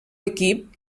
equip